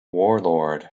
warlord